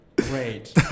great